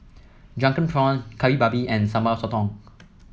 Drunken Prawn Kari Babi and Sambal Sotong